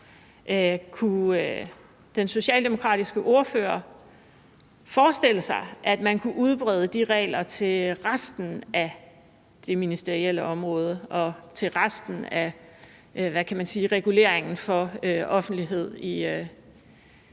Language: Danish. Kunne den socialdemokratiske ordfører forestille sig, at man kunne udbrede de regler til resten af det ministerielle område og til resten af, hvad kan man sige, reguleringen af offentlighed i